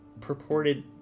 Purported